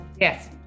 Yes